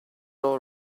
all